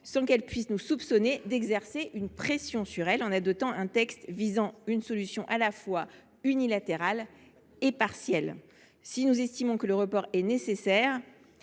ne puissent pas nous soupçonner d’exercer une pression sur elles en adoptant un texte comportant une solution à la fois unilatérale et partielle ? Si nous estimons que le report des élections